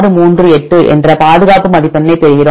638 என்ற பாதுகாப்பு மதிப்பெண்ணைப் பெறுகிறோம்